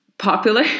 popular